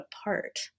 apart